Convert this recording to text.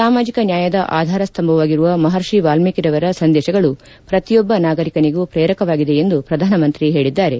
ಸಾಮಾಜಿಕ ನ್ಯಾಯದ ಆಧಾರ ಸ್ತಂಭವಾಗಿರುವ ಮಹರ್ಷ ವಾಲ್ಮೀಕಿರವರ ಸಂದೇಶಗಳು ಪ್ರತಿಯೊಬ್ಲ ನಾಗರಿಕನಿಗೂ ಶ್ರೇರಕವಾಗಿದೆ ಎಂದು ಶ್ರಧಾನಮಂತ್ರಿ ಹೇಳಿದ್ದಾರೆ